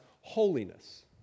holiness